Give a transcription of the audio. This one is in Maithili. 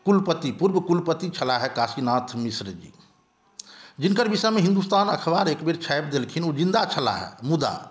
कुलपति पूर्व कुलपति छलाहे काशीनाथ मिश्र जी जिनकर विषयमे हिन्दुस्तान अखबार एकबेर छापि देलखिन ओ जिन्दा छलाहे मुदा